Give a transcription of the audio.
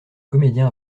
comédien